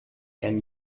can